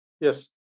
Yes